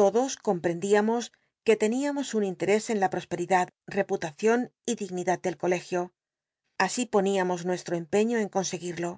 todos comprendíamos que teníamos intetés en la prosperidad rcputacion y dignidad del colegio así poníamos nuestro empeño en conseguirlo